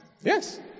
Yes